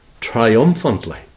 triumphantly